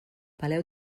peleu